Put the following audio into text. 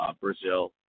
Brazil